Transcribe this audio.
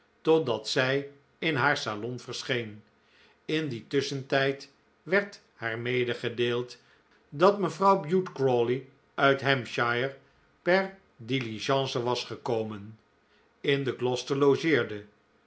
totdat zij in haar salon verscheen in dien tusschentijd werd haar medegedeeld dat mevrouw bute crawley uit hampshire per diligence was gekomen in de gloster logeerde